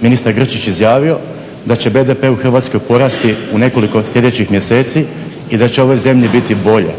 ministar Grčić izjavio da će BDP u Hrvatskoj porasti u nekoliko sljedećih mjeseci i da će ovoj zemlji biti bolje.